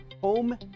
home